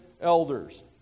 elders